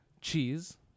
Cheese